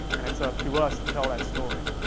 and it's up to us to tell that story.